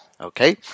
Okay